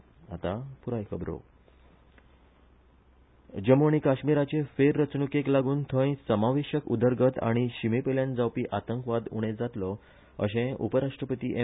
नायड्र जम्मू आनी काश्मीराचे फेररचणुकेक लागून थंय समावेशक उदरगत आनी शिमेपेल्यान जावपी आतंकवाद उणे जातलो अशें उपराश्ट्रपती एम